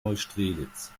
neustrelitz